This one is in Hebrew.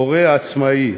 הורה עצמאי